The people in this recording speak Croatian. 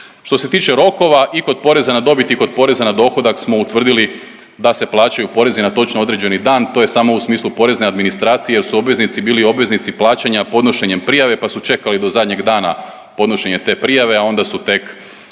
Što se tiče rokova i kod poreza na dobit i kod poreza na dohodak smo utvrdili da se plaćaju porezi na točno određeni dan, to je samo u smislu porezne administracije jer su obveznici bili obveznici plaćanja podnošenjem prijave, pa su čekali do zadnjeg dana podnošenje te prijave, a onda su tek